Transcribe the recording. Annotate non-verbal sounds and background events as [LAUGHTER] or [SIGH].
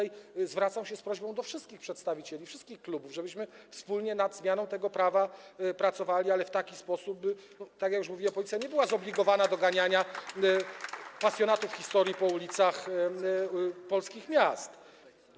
I zwracam się z prośbą do wszystkich przedstawicieli wszystkich klubów, żebyśmy wspólnie nad zmianą tego prawa pracowali, [APPLAUSE] ale w taki sposób, by - tak jak już mówiłem - policja nie była zobligowana do ganiania pasjonatów historii po ulicach polskich miast.